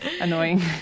annoying